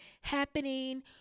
happening